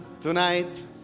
tonight